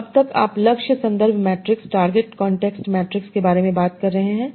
तो अब तक आप लक्ष्य संदर्भ मैट्रिक्स के बारे में बात कर रहे हैं